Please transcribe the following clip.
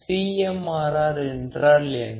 CMRR என்றால் என்ன